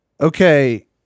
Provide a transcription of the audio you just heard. Okay